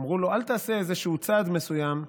אמרו לו: אל תעשה צעד מסוים,